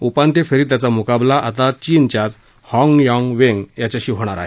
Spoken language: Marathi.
उपांत्य फेरीत त्याचा मुकाबला आता चीनच्याच हॉगयांग वेंग याच्याशी होईल